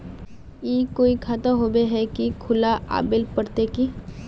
ई कोई खाता होबे है की खुला आबेल पड़ते की?